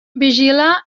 vigilar